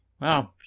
wow